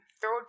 Throw